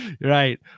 Right